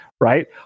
Right